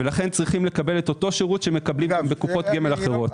לכן צריך לקבל אותו שירות שמקבלים גם בקופות גמל אחרות.